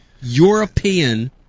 European